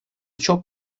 çok